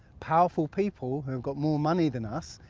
powerful people who have got more money than us,